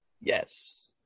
Yes